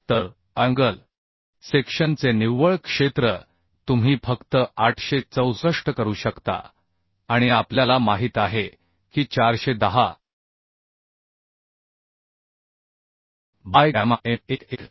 तर अँगल सेक्शनचे निव्वळ क्षेत्र तुम्ही फक्त 864 करू शकता आणि आपल्याला माहित आहे की 410 बाय गॅमा m1 1